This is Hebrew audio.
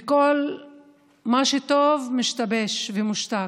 כל מה שטוב משתבש ומושתק,